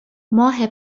ماه